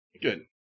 Good